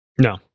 No